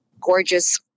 gorgeous